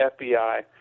FBI